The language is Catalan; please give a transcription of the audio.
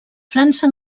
frança